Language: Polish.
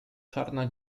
czarna